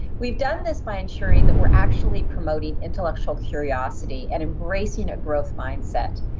we've done this by ensuring that we're actually promoting intellectual curiosity and embracing a growth mindset.